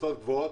בתפוסות גבוהות.